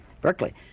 Berkeley